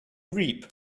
reap